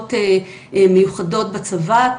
ליחידות מיוחדות בצבא,